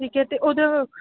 ਠੀਕ ਹੈ ਤੇ ਉਹਦਾ